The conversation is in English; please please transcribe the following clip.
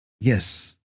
yes